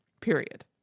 period